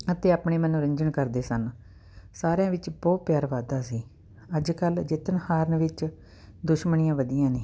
ਅਤੇ ਆਪਣੇ ਮੰਨੋਰੰਜਨ ਕਰਦੇ ਸਨ ਸਾਰਿਆਂ ਵਿੱਚ ਬਹੁਤ ਪਿਆਰ ਵੱਧਦਾ ਸੀ ਅੱਜ ਕੱਲ੍ਹ ਜਿੱਤਣ ਹਾਰਨ ਵਿੱਚ ਦੁਸ਼ਮਣੀਆਂ ਵਧੀਆਂ ਨੇ